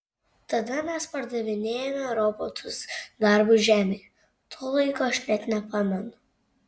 tada mes pardavinėjome robotus darbui žemėje to laiko aš net nepamenu